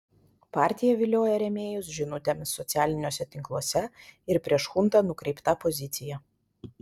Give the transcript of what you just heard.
partija vilioja rėmėjus žinutėmis socialiniuose tinkluose ir prieš chuntą nukreipta pozicija